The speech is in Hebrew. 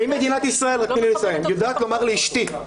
אם מדינת ישראל יודעת לומר לאשתי,